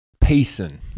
Payson